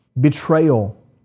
Betrayal